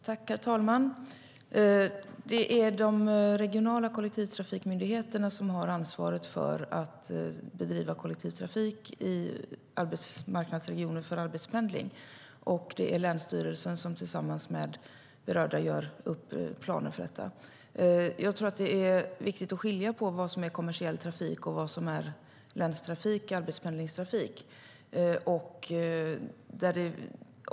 Herr talman! Det är de regionala kollektivtrafikmyndigheterna som har ansvaret för att bedriva kollektivtrafik för arbetspendling i arbetsmarknadsregioner. Och det är länsstyrelsen som tillsammans med berörda gör upp planer för det. Det är viktigt att skilja på vad som är kommersiell trafik och vad som är länstrafik och arbetspendlingstrafik.